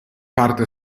parte